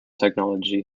technology